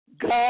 God